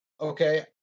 Okay